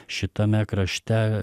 šitame krašte